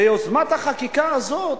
ביוזמת החקיקה הזאת,